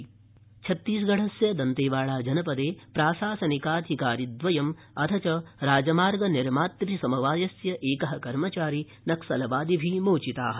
नक्सलिन छत्तीसगढस्य दन्तेवाडा जनपदे प्राशासनिकाधिकारिद्वयम् अथ च राजमार्ग निर्मातृ समवायस्य एकः कर्मचारी नक्सलवादिभिः मोचिताः